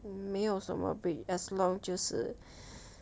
没有什么 breed as long 就是